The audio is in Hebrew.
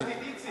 מצאתי את איציק.